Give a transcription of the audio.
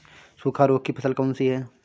सूखा रोग की फसल कौन सी है?